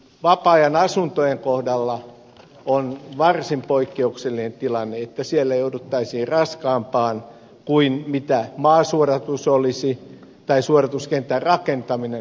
vapaa ajan asuntojen kohdalla on varsin poikkeuksellinen tilanne että siellä jouduttaisiin raskaampaan puhdistukseen kuin maasuodatus tai suodatuskentän rakentaminen olisi